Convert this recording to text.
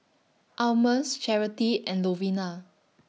Almus Charity and Lovina